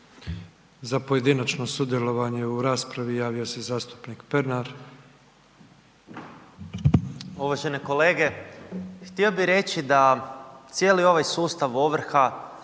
Za pojedinačno sudjelovanje u raspravi javio se zastupnik Pernar. **Pernar, Ivan (SIP)** Uvažene kolege htio bih reći da cijeli ovaj sustav ovrha